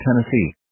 Tennessee